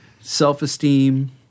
self-esteem